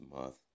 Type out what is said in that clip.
month